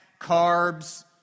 Carbs